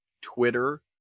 Twitter